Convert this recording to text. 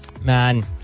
man